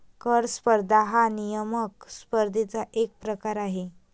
कर स्पर्धा हा नियामक स्पर्धेचा एक प्रकार आहे